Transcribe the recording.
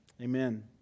amen